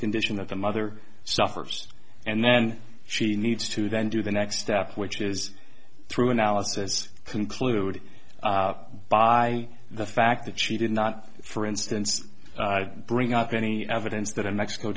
condition that the mother suffers and then she needs to then do the next step which is through analysis concluded by the fact that she did not for instance bring up any evidence that in mexico